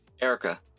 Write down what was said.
Erica